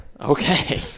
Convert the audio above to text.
Okay